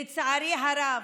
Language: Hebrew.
לצערי הרב,